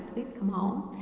please come home?